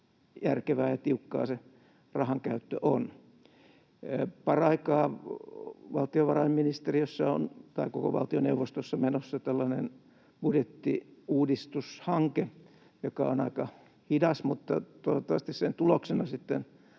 järkevää ja tiukkaa se rahankäyttö on. Paraikaa valtioneuvostossa on menossa budjettiuudistushanke, joka on aika hidas, mutta toivottavasti sen tuloksena